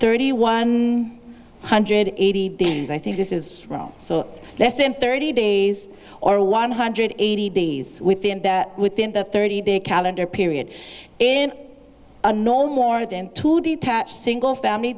thirty one hundred eighty days i think this is wrong so less than thirty days or one hundred eighty days within that within the thirty day calendar period in a normal order them to detach single family